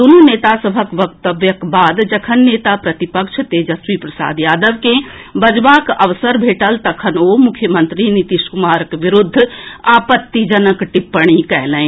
दूनु नेता सभक वक्तव्यक बाद जखन नेता प्रतिपक्ष तेजस्वी प्रसाद यादव के बजबाक अवसर भेटल तखन ओ मुख्यमंत्री नीतीश कुमारक विरूद्ध आपत्तिजनक टिप्पणी कएलनि